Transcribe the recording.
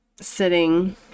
sitting